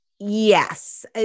Yes